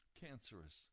cancerous